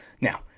Now